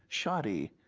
shoddy,